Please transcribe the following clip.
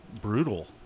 brutal